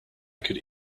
could